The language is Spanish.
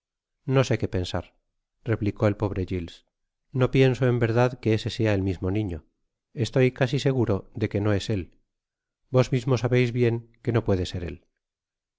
no sé que pensar replicó el pohre giles no pienso en verdad que ese sea el mismo niño estoy cuasi seguro de que no es él vos mismo sabeis bien que no puede ser él